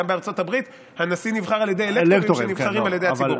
גם בארצות הברית הנשיא נבחר על ידי אלקטורים שנבחרים על ידי הציבור.